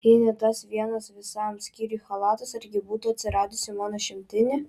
jei ne tas vienas visam skyriui chalatas argi būtų atsiradusi mano šimtinė